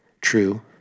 True